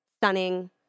stunning